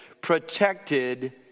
protected